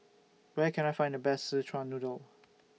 Where Can I Find The Best Szechuan Noodle